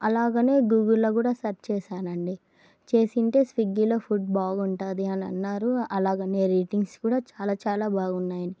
అలాగే గూగుల్లో కూడా సెర్చ్ చేశానండి చేస్తే స్విగ్గీలో ఫుడ్ బాగుంటుంది అని అన్నారు అలాగే రేటింగ్స్ కూడా చాలా చాలా బాగున్నాయండి